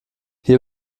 hier